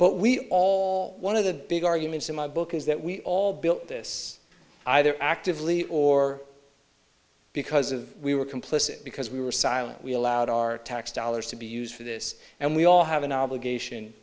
but we all one of the big arguments in my book is that we all built this either actively or because of we were complicit because we were silent we allowed our tax dollars to be used for this and we all have an obligation